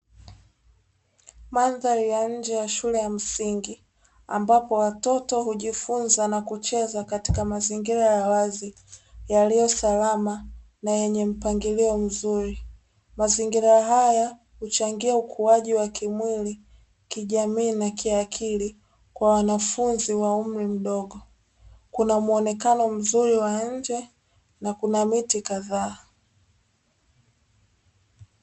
Mandhari ya nje ya shule ya msingi, ambapo watoto hujifunza na kucheza katika mazingira ya wazi yaliyo salama na yenye mpangilio mzuri, mazingira haya huchangia ukuaji wa kimwili kijamii na kiakili kwa wanafunzi wa umri mdogo, kuna muonekano mzuri wa nje na miti kadhaa.